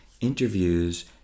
interviews